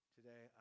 Today